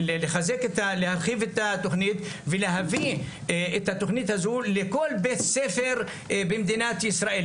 להרחיב את התוכנית ולהביא את התוכנית הזו לכל בית ספר במדינת ישראל.